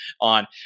on